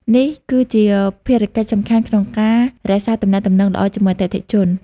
នេះគឺជាភារកិច្ចសំខាន់មួយក្នុងការរក្សាទំនាក់ទំនងល្អជាមួយអតិថិជន។